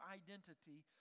identity